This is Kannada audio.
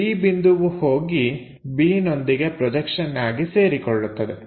B ಬಿಂದುವು ಹೋಗಿ b ನೊಂದಿಗೆ ಪ್ರೊಜೆಕ್ಷನ್ ಆಗಿ ಸೇರಿಕೊಳ್ಳುತ್ತದೆ